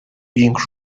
being